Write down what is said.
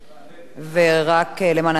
למען הסר ספק,